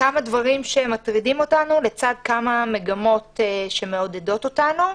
כמה דברים שמטרידים אותנו לצד כמה מגמות שמעודדות אותנו,